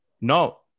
No